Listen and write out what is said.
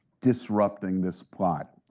disrupting this plot.